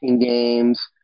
games